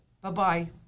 Bye-bye